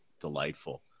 delightful